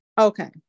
Okay